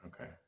okay